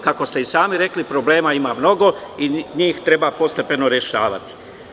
Kako ste i sami rekli, problema ima mnogo i njih treba postepeno rešavati.